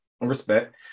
respect